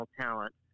talent